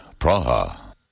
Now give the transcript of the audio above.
Praha